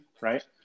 right